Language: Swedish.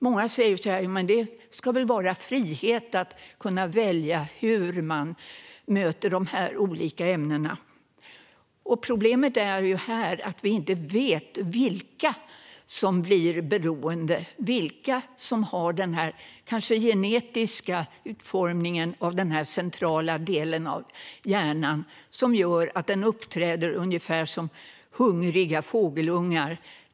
Många säger att det ska råda frihet att välja hur man möter dessa olika ämnen. Problemet är att vi inte vet vilka som blir beroende - vilka som har denna, kanske genetiska, utformning av den centrala delen av hjärnan, vilket gör att den uppträder ungefär som hungriga fågelungar.